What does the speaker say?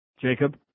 Jacob